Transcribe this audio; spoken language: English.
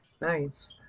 nice